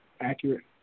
Accurate